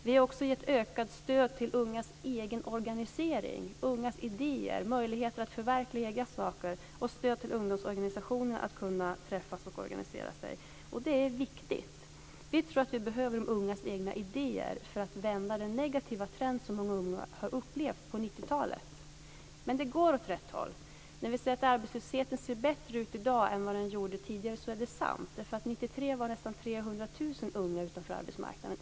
Vi har också gett ökat stöd till ungas egen organisering och ungas idéer. Det handlar om möjligheter att förverkliga egna saker och om stöd till ungdomsorganisationer, så att de kan träffas och organisera sig. Det är viktigt. Vi tror att vi behöver de ungas egna idéer för att kunna vända den negativa trend som många ungdomar har upplevt under 1990-talet. Men det går åt rätt håll. När vi säger att det ser bättre ut i dag med arbetslösheten än vad det har gjort tidigare talar vi sanning. 1993 var nästan 300 000 unga utanför arbetsmarknaden.